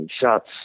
shots